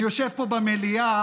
אני יושב פה במליאה